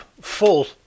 full